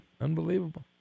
unbelievable